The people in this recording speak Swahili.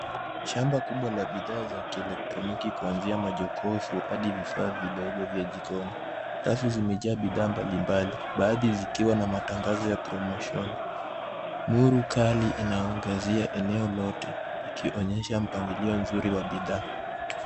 Shamba kubwa la bidhaa za kielektroniki kuanzia majokofu hadi vifaa vidogo vya jikoni. Rafu zimejaa bidhaa mbalimbali baadhi zikiwa na matangazo ya promotioni. Nuru kali ina angazia eneo lote ikionyesha mpangilio nzuri wa bidhaa.